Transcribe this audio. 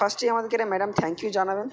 ফাস্টেই আমাদেরকে একটা madam thank you জানাবেন